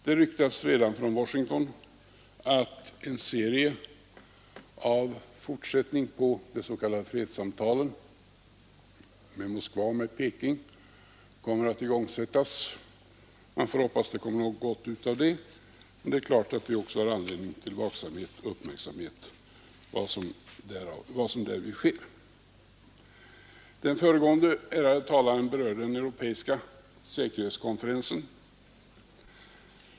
Det ryktas redan från Washington att en serie samtal som utgör fortsättning på de s.k. fredssamtalen med Moskva och med Peking kommer att igångsättas. Man får hoppas att det kommer något gott ut av det, men det är klart att vi också har anledning till vaksamhet och uppmärksamhet när det gäller vad som därvid sker. Den föregående ärade talaren berörde den europeiska säkerhetskonferensen.